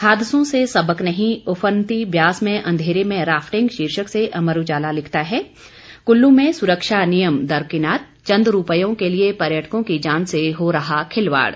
हादसों से सबक नहीं उफनती व्यास में अंधेरे में राफ्टिंग शीर्षक से अमर उजाला लिखता है कुल्लू में सुरक्षा नियम दरकिनार चंद रूपयों के लिए पर्यटकों की जान से हो रहा खिलवाड़